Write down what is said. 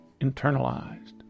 internalized